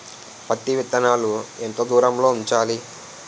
పత్తి విత్తనాలు ఎంత దూరంలో ఉంచాలి?